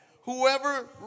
Whoever